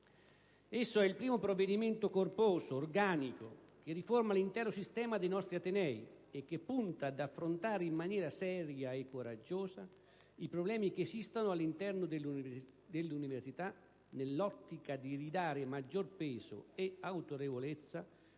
Esso è il primo provvedimento corposo, organico, che riforma l'intero sistema dei nostri atenei e che punta ad affrontare in maniera seria e coraggiosa i problemi che esistono all'interno dell'università, nell'ottica di ridare maggiore peso ed autorevolezza